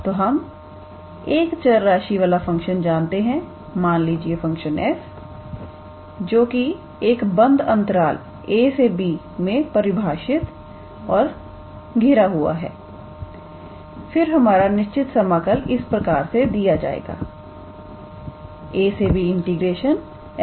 तो हम एक चर राशि वाला फंक्शन जानते हैं मान लीजिए लीजिए फंक्शन f जोकि एक बंद अंतराल 𝑎 𝑏 में परिभाषित और घिरे हुआ है फिर हमारा निश्चित समाकल इस प्रकार से दिया जाएगा ab 𝑓𝑥𝑑𝑥